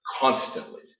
Constantly